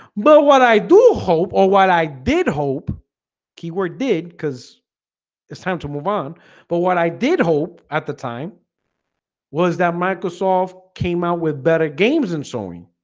but what i do hope or what i did. hope he were did cuz it's time to move on but what i did hope at the time was that microsoft came out with better games and sewing?